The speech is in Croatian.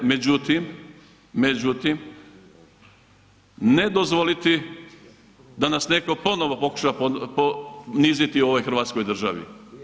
Međutim, međutim ne dozvoliti da nas neko ponovo pokuša poniziti u ovoj Hrvatskoj državi.